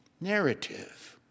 narrative